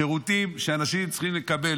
שירותים שאנשים צריכים לקבל,